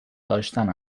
داشتن